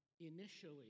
initially